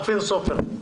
אופיר סופר.